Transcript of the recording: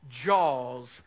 jaws